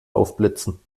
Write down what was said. aufblitzen